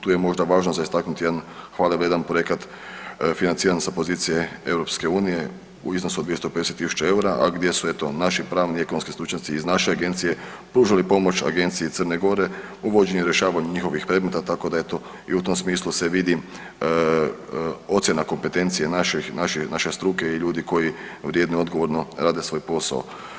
Tu je možda važno za istaknuti jedan hvale vrijedan projekat financiran sa pozicije EU u iznosu od 250.000 EUR-a, a gdje su eto naši pravni i ekonomski stručnjaci iz naše agencije pružali pomoć agenciji Crne Gore uvođenjem i rješavanjem njihovih predmeta tako da eto i u tom smislu se vidi ocjena kompetencije naših, naše, naše struke i ljudi koji vrijedno i odgovorno rade svoj posao.